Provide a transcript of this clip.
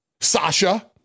Sasha